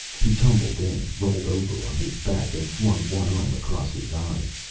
he tumbled in, rolled over on his back, and flung one arm across his eyes.